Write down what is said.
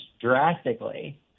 drastically